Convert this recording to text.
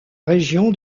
région